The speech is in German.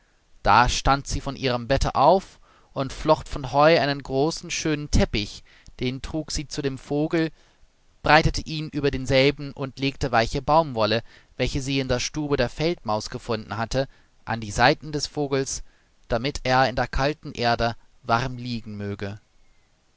da stand sie von ihrem bette auf und flocht von heu einen großen schönen teppich den trug sie zu dem vogel breitete ihn über denselben und legte weiche baumwolle welche sie in der stube der feldmaus gefunden hatte an die seiten des vogels damit er in der kalten erde warm liegen möge